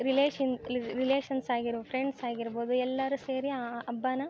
relation relations ಆಗಿರೋ friends ಆಗಿರ್ಬೋದು ಎಲ್ಲರೂ ಸೇರಿ ಆ ಹಬ್ಬನ